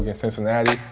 yeah cincinnati.